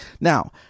Now